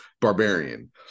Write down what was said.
barbarian